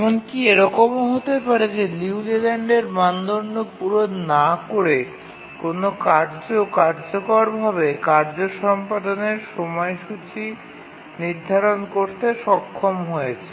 এমনকি এরকমও হতে পারে যে লিউ লেল্যান্ডের মানদণ্ড পূরণ না করে কোন কার্য কার্যকরভাবে কার্য সম্পাদনের সময়সূচী নির্ধারণ করতে সক্ষম হয়েছে